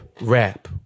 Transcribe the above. rap